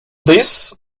this